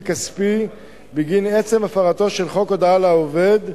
כספי בגין עצם הפרתו של חוק הודעה לעובד,